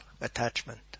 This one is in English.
attachment